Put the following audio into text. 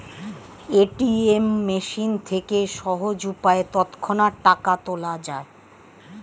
ATM machine থেকে সহজ উপায়ে তৎক্ষণাৎ টাকা তোলা যায়